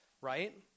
right